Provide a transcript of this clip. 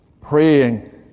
praying